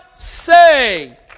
say